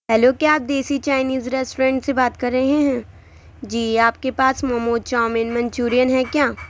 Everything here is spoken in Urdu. ہلو کیا آپ دیسی چائنیز ریسٹورینٹ سے بات کر رہے ہیں جی آپ کے پاس مومو چاؤمین منچورین ہے کیا